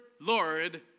Lord